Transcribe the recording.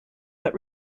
but